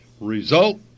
Result